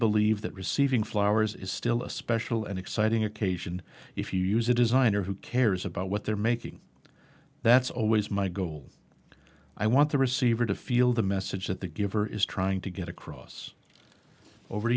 believe that receiving flowers is still a special and exciting occasion if you use a designer who cares about what they're making that's always my goal i want the receiver to feel the message that the giver is trying to get across over